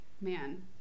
man